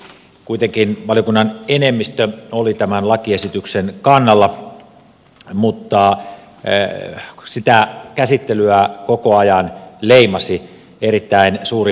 kuitenkin valiokunnan enemmistö oli tämän lakiesityksen kannalla mutta sitä käsittelyä koko ajan leimasi erittäin suuri pidättyväisyys asian suhteen